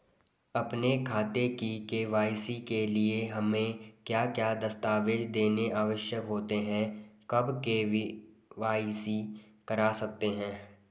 अपने खाते की के.वाई.सी के लिए हमें क्या क्या दस्तावेज़ देने आवश्यक होते हैं कब के.वाई.सी करा सकते हैं?